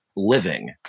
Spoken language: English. living